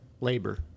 labor